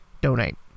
Donate